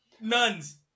Nuns